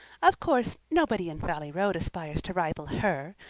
of course nobody in valley road aspires to rival her.